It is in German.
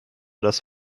das